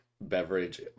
beverage